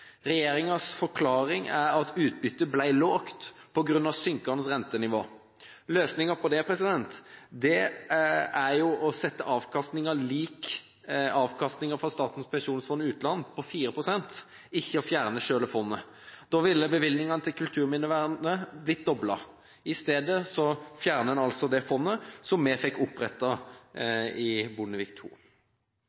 forklaring er at utbyttet ble lavt på grunn av synkende rentenivå. Løsningen på det er jo å sette avkastningen lik avkastningen fra Statens pensjonsfond utland på 4 pst. – ikke å fjerne selve fondet. Da ville bevilgningene til kulturminnevernet blitt doblet. I stedet fjerner en altså det fondet som vi fikk